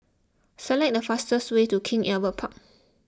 select the fastest way to King Albert Park